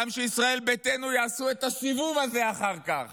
גם שישראל ביתנו יעשו את הסיבוב הזה אחר כך